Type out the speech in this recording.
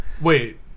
Wait